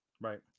right